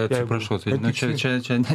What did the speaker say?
atsiprašau nu čia čia čia ne